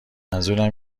منظورم